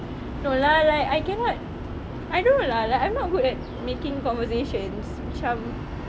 no lah like I cannot I don't know lah like I'm not good at making conversation macam